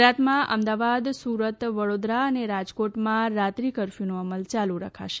ગુજરાતમાં અમદાવાદ સુરત વડોદરા અને રાજકોટમાં રાત્રિ કરફયુનો અમલ ચાલુ રખાશે